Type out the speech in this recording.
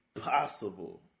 possible